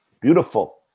Beautiful